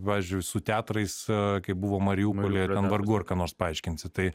pavyzdžiui su teatrais kaip buvo mariupolyje ten vargu ar ką nors paaiškinsi tai